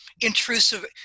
intrusive